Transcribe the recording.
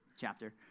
chapter